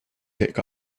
take